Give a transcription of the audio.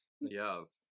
Yes